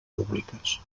públiques